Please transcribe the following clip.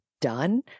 done